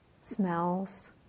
smells